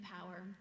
power